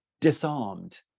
disarmed